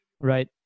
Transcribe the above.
Right